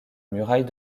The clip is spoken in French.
muraille